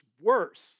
worse